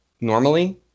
normally